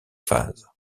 phases